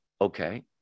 Okay